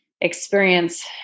experience